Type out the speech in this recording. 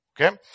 Okay